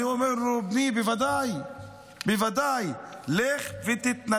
אני אומר לו: בני, בוודאי, בוודאי, לך ותתנדב.